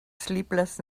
sleepless